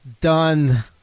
Done